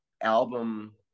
album